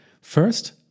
First